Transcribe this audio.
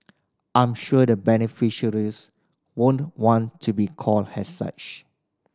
I'm sure the beneficiaries wouldn't want to be called as such